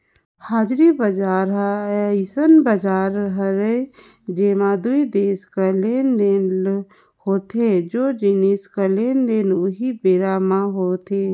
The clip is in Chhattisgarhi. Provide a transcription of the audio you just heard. हाजिरी बजार ह अइसन बजार हरय जेंमा दू देस कर लेन देन होथे ओ जिनिस कर लेन देन उहीं बेरा म होथे